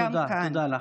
תודה, תודה לך.